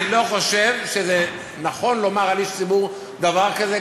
אני לא חושב שזה נכון לומר על איש ציבור דבר כזה.